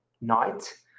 Night